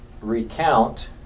recount